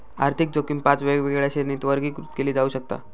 आर्थिक जोखीम पाच वेगवेगळ्या श्रेणींत वर्गीकृत केली जाऊ शकता